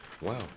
Wow